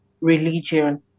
religion